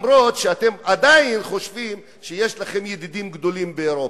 אפילו שאתם עדיין חושבים שיש לכם ידידים גדולים באירופה.